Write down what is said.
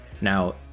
Now